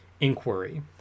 Inquiry